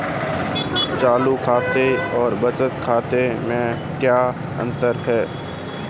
चालू खाते और बचत खाते में क्या अंतर है?